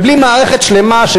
בלי מערכת שלמה,